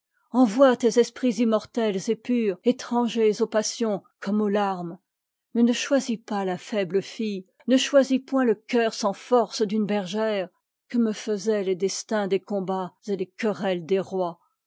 envoie tes esprits immortels et purs étrangers aux pas sions comme aux larmes mais ne choisis pas la faible fille ne choisis point le cœur sans force d'une bergère que me faisaient les destins des combats et les querelles des rois